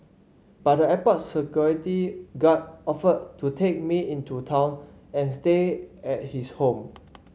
but the airport security guard offered to take me into town and stay at his home